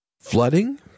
Flooding